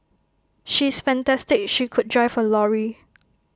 she is fantastic she could drive A lorry